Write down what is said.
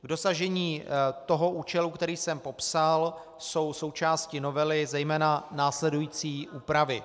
K dosažení toho účelu, který jsem popsal, jsou součástí novely zejména následující úpravy.